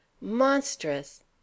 monstrous